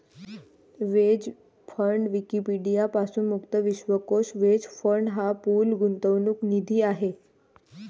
hedge fund Wikipedia पासून मुक्त विश्वकोश हेज फंड हा पूल गुंतवणूक निधी आहे